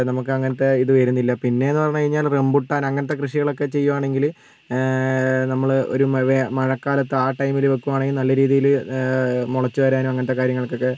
നമുക്ക് അങ്ങനത്തെ ഇത് വരുന്നില്ല പിന്നേന്ന് പറഞ്ഞ് കഴിഞ്ഞാൽ റംബുട്ടാൻ അങ്ങനത്തെ കൃഷികളൊക്കെ ചെയ്യുവാണെങ്കിൽ നമ്മൾ ഒരു വേ മഴക്കാലത്ത് ആ ടൈമില് വെക്കുവാണെങ്കിൽ നല്ല രീതിയിൽ മുളച്ചു വരാനും അങ്ങനത്തെ കാര്യങ്ങൾക്കക്കെ